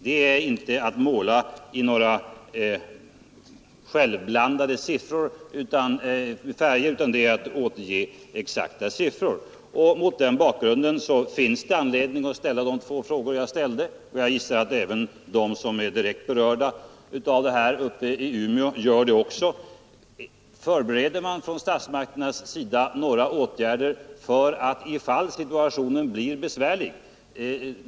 Det är inte att måla i hemblandade färger, utan det är att återge exakta siffror. Mot den bakgrunden finns det anledning att ställa de frågor jag ställde, och jag gissar att även de som är direkt berörda av detta gör det. Förbereder statsmakterna några åtgärder, om situationen blir besvärlig?